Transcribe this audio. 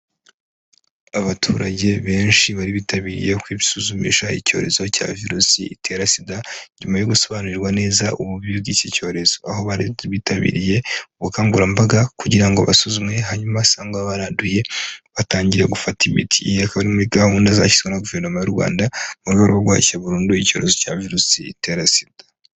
Abaturage benshi bari bitabiriye kwisuzumisha icyorezo cya virusi itera sida, nyuma yo gusobanurirwa neza ububi bw'icyi cyorezo. Aho bari bitabiriye ubukangurambaga kugira ngo basuzumwe hanyuma abasanga baranduye batangiye gufata imiti. Iyi akaba ari muri gahunda zashyizweho na guverinoma y'u Rwanda, mu rwo guhashya burundu icyorezo cya virusi itera sida.